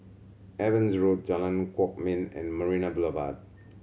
Evans Road Jalan Kwok Min and Marina Boulevard